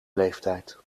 leeftijd